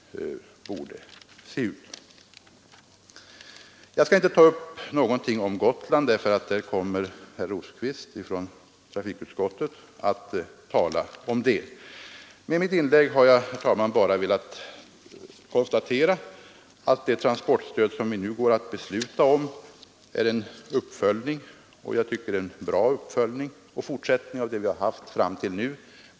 Jag skall inte ta upp någonting som gäller Gotland, därför att det kommer herr Rosqvist från trafikutskottet att tala om. Med mitt inlägg har jag, herr talman, bara velat konstatera att det transportstöd som vi nu går att besluta om är en uppföljning — och jag tycker en bra uppföljning — och fortsättning av det vi haft fram till nu.